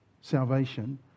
salvation